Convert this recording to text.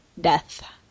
death